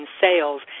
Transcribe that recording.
sales